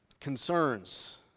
concerns